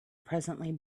presently